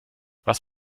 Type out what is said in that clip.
was